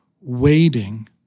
waiting